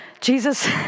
Jesus